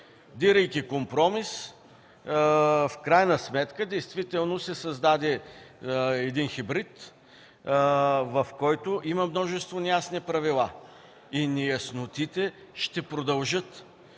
Дирейки компромис, в крайна сметка действително се създаде хибрид, в който има множество неясни правила. Неяснотите ще продължат.